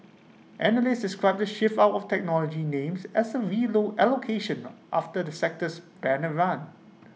analysts described the shift out of technology names as A V low allocation after the sector's banner run